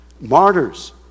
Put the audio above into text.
martyrs